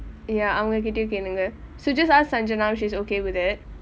ya அவங்க கிட்டையும் கேளுங்க:avanga kitaiyum kelunga so just ask sangita if she's okay with it